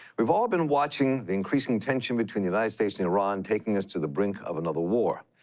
we've all been watching the increasing tension between the united states and iran, taking us to the brink of another war.